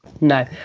No